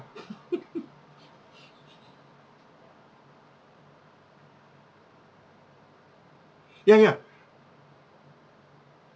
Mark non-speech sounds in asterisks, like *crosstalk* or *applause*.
*laughs* ya ya